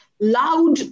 loud